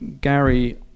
Gary